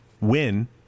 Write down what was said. win